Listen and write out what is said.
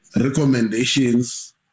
recommendations